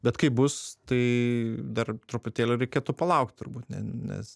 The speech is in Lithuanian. bet kaip bus tai dar truputėlį reikėtų palaukt turbūt ne nes